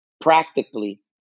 practically